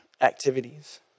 activities